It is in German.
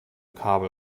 kabel